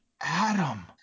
Adam